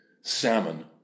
Salmon